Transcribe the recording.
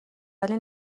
ولی